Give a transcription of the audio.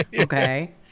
Okay